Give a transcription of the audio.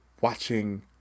watching